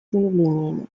заявлениями